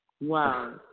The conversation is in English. Wow